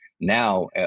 now